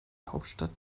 hauptstadt